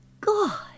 God